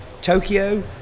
Tokyo